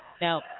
Now